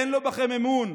אין לו בכם אמון.